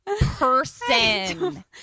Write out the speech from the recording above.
person